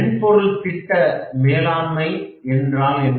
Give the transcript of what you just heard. மென்பொருள் திட்ட மேலாண்மை என்றால் என்ன